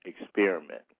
Experiment